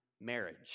marriage